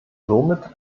somit